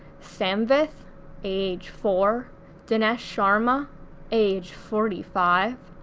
samvith age four dinesh sharma age forty five,